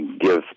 give